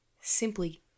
simply